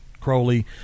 crowley